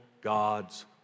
God's